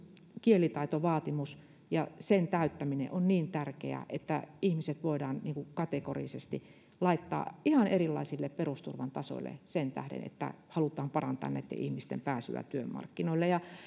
kielitaitovaatimus ja sen täyttäminen on niin tärkeää että ihmiset voidaan kategorisesti laittaa ihan erilaisille perusturvan tasoille sen tähden että halutaan parantaa näitten ihmisten pääsyä työmarkkinoille